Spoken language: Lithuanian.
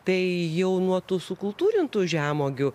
tai jau nuo tų sukultūrintų žemuogių